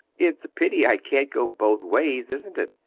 it's a pity i can't go both ways, isn't it?